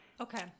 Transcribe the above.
Okay